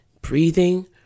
breathing